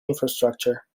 infrastructure